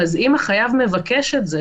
אז אם החייב מבקש את זה